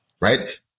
right